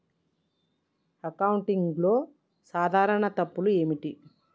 అకౌంటింగ్లో సాధారణ తప్పులు ఏమిటి?